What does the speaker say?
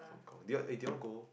do you eighty one go